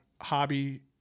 hobby